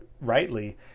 rightly